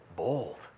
Bold